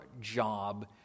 job